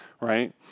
Right